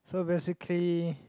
so basically